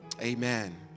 Amen